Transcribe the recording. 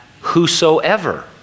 whosoever